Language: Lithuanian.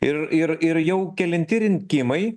ir ir ir jau kelinti rinkimai